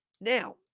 Now